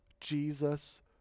Jesus